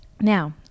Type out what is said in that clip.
Now